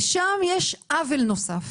שם יש עוול נוסף,